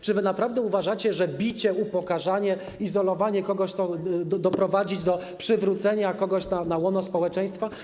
Czy wy naprawdę uważacie, że bicie, upokarzanie, izolowanie kogoś ma doprowadzić do przywrócenia kogoś na łono społeczeństwa?